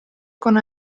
con